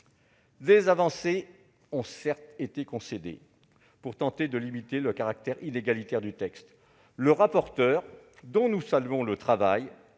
Des avancées ont certes été concédées pour tenter de limiter le caractère inégalitaire du texte. Le rapporteur, dont nous saluons le travail,